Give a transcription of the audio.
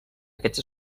aquests